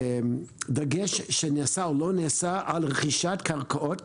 לדגש שנעשה או לא נעשה במהלך השנים על רכישת קרקעות,